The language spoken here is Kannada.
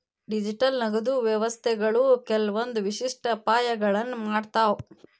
ಡಿಜಿಟಲ್ ನಗದು ವ್ಯವಸ್ಥೆಗಳು ಕೆಲ್ವಂದ್ ವಿಶಿಷ್ಟ ಅಪಾಯಗಳನ್ನ ಮಾಡ್ತಾವ